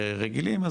ורגילים,